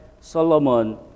Solomon